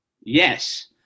Yes